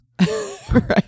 Right